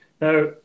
Now